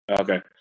okay